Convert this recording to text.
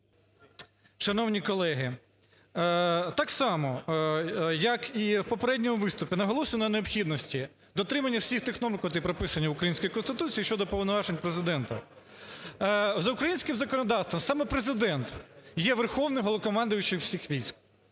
Шановні колеги, так само як і в попередньому виступі наголошено на необхідності дотримання всіх тих норм котрі прописані в українській Конституції щодо повноважень Президента. За українським законодавством саме Президент є Верховним Головнокомандувачем всіх військ.